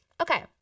Okay